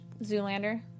Zoolander